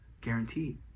guaranteed